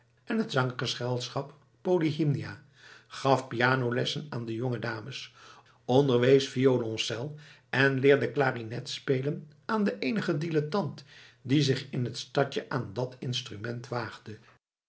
en het zanggezelschap polyhymnia gaf pianolessen aan de jonge dames onderwees violoncel en leerde klarinet spelen aan den eenigen dilettant die zich in het stadje aan dat instrument